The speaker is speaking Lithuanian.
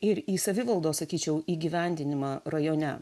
ir į savivaldos sakyčiau įgyvendinimą rajone